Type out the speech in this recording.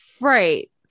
Right